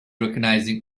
recognizing